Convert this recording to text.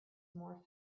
more